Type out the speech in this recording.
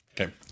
Okay